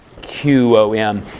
Q-O-M